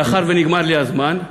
מאחר שנגמר לי הזמן,